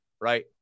right